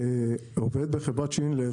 כעובד בחברת שינדלר,